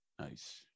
Nice